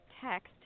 text